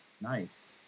nice